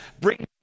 bring